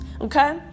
okay